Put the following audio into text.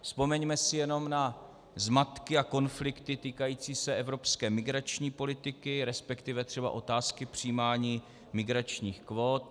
Vzpomeňme si jenom na zmatky a konflikty týkající se evropské migrační politiky, resp. třeba otázky přijímání migračních kvót.